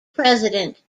president